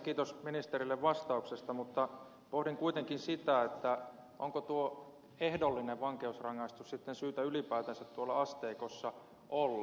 kiitos ministerille vastauksesta mutta pohdin kuitenkin sitä onko tuo ehdollinen vankeusrangaistus sitten ylipäätänsä tuolla asteikossa olla